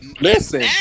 Listen